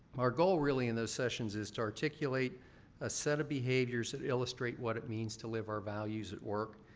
our goal, really, in those sessions is to articulate a set of behaviors that illustrate what it means to live our values at work.